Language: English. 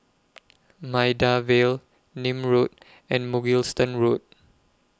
Maida Vale Nim Road and Mugliston Road